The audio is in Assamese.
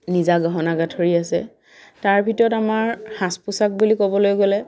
নিজা গহনা গাঁঠৰি আছে তাৰ ভিতৰত আমাৰ সাজ পোচাক বুলি ক'বলৈ গ'লে